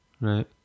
Right